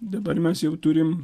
dabar mes jau turim